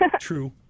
True